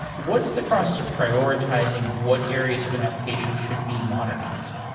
what's the process of prioritizing what areas of an application should be modernized?